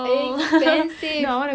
expensive